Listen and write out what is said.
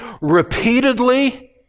repeatedly